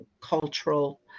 cultural